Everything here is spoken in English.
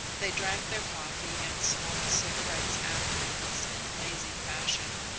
they drank their coffee and smoked cigarettes afterwards in lazy fashion.